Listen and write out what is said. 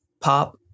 pop